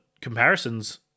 comparisons